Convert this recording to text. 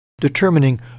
determining